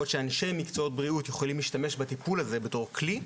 או שאנשי מקצועות בריאות יכולים להשתמש בטיפול הזה בתור כלי,